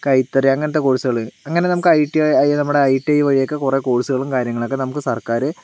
കൈത്തറി അങ്ങനെത്തെ കോഴ്സുകള് അങ്ങനെ നമുക്ക് I T I T I വഴിയൊക്കെ കുറേ കോഴ്സുകളും കാര്യങ്ങളൊക്കെ നമുക്ക് സർക്കാര്